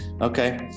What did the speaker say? Okay